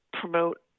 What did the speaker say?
promote